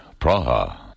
Praha